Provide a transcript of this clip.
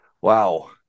Wow